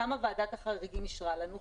כמה ועדת החריגים אישרה לנו?